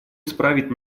исправить